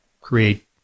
create